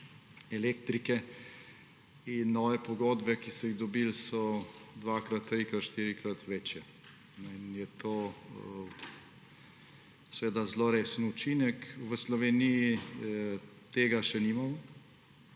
elektrike, nove pogodbe, ki so jih dobili, pa so dvakrat, trikrat, štirikrat večje. In to je seveda zelo resen učinek. V Sloveniji tega še nimamo.